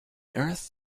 earth